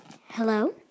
Hello